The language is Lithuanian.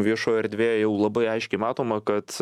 viešoj erdvėj jau labai aiškiai matoma kad